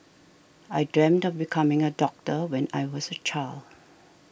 I dreamt of becoming a doctor when I was a child